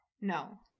no